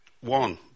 One